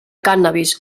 cànnabis